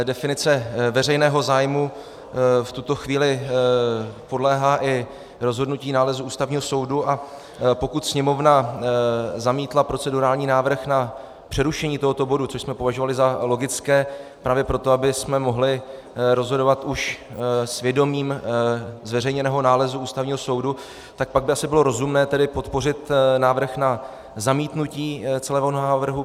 Definice veřejného zájmu v tuto chvíli podléhá i rozhodnutí nálezu Ústavního soudu, a pokud Sněmovna zamítla procedurální návrh na přerušení tohoto bodu, což jsme považovali za logické právě proto, abychom mohli rozhodovat už s vědomím zveřejněného nálezu Ústavního soudu, tak pak by asi bylo rozumné podpořit návrh na zamítnutí celého návrhu.